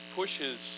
pushes